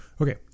Okay